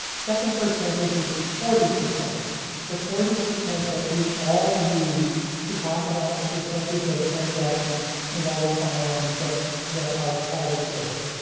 second percentage is forty. the forty percent that we all use to talk about the percentage of transactions involving firearms that that are private sales.